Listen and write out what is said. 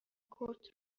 کورت